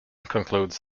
concludes